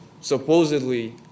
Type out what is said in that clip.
supposedly